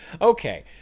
Okay